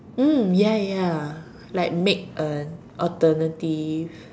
mm ya ya like make a alternative